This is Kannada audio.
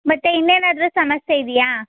ಮತ್ತೆ ಇನ್ನೇನಾದ್ರೂ ಸಮಸ್ಯೆ ಇದೆಯಾ